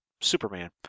Superman